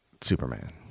Superman